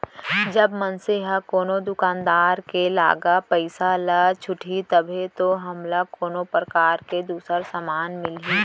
जब मनसे ह कोनो दुकानदार के लागा पइसा ल छुटही तभे तो हमला कोनो परकार ले दूसर समान मिलही